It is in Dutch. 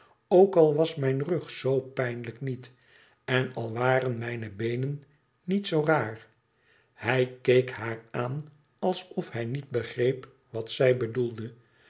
ook al was mijn rug zoo pijnlijk niet en al waren mijne beenen niet zoo raar hij keek haar aan alsof hij niet begreep wat zij bedoelde